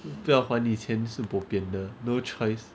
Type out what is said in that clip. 不要还你钱就是 bo pian 的 no choice